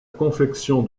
confection